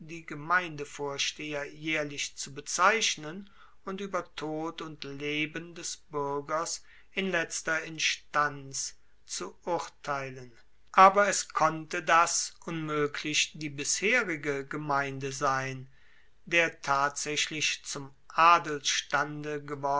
die gemeindevorsteher jaehrlich zu bezeichnen und ueber tod und leben des buergers in letzter instanz zu entscheiden aber es konnte das unmoeglich die bisherige gemeinde sein der tatsaechlich zum